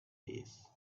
days